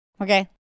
Okay